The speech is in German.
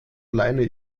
alleine